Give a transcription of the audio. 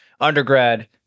undergrad